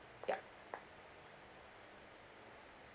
yup